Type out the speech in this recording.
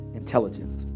intelligence